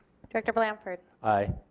director blanford. aye.